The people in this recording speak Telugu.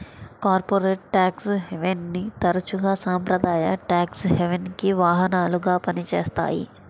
కార్పొరేట్ ట్యాక్స్ హెవెన్ని తరచుగా సాంప్రదాయ ట్యేక్స్ హెవెన్కి వాహనాలుగా పనిచేస్తాయి